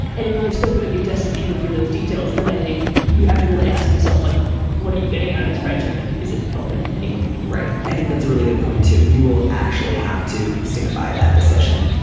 and if you're still gonna be just as eager for those details then i think you to really ask yourself like what are you getting out of this friendship and is it helping anyone right. i think that's a really good point too. you will actually have to stand by that decision.